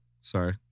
sorry